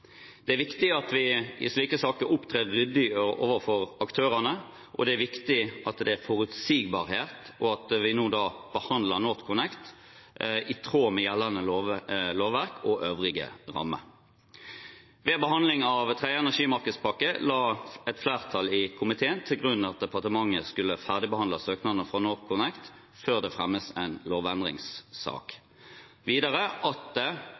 Det er viktig at vi i slike saker opptrer ryddig overfor aktørene, og det er viktig at det er forutsigbarhet, og at vi nå behandler NorthConnect i tråd med gjeldende lovverk og øvrige rammer. Ved behandling av tredje energimarkedspakke la et flertall i komiteen til grunn at departementet skulle ferdigbehandle søknaden fra NorthConnect før det fremmes en lovendringssak, videre